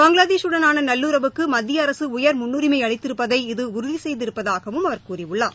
பங்ளதேஷூடனான நல்லுறவுக்கு மத்திய அரசு உயர் முன்னுரிமை அளித்திருப்பதை இது உறுதி செய்திருப்பதாகவும் அவர் கூறியுள்ளார்